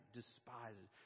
despises